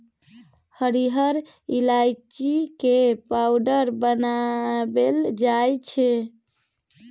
हरिहर ईलाइची के पाउडर बनाएल जाइ छै